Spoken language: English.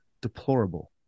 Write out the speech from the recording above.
deplorable